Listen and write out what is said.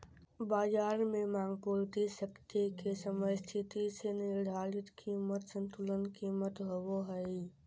बज़ार में मांग पूर्ति शक्ति के समस्थिति से निर्धारित कीमत संतुलन कीमत होबो हइ